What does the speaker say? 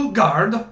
guard